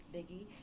Biggie